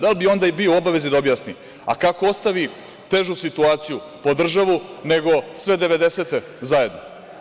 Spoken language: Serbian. Da li bi onda bio u obavezi da objasni, kako ostavi težu situaciju u državi, nego sve devedesete zajedno?